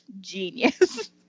genius